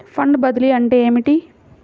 Fund బదిలీ అంటే ఏమిటి?